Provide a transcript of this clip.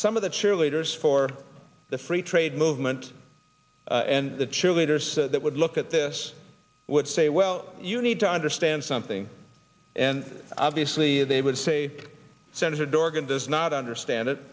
some of the cheerleaders for the free trade movement and the cheerleaders that would look at this would say well you need to understand something and obviously they would say senator dorgan does not understand it